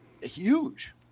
huge